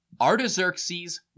Artaxerxes